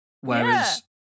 whereas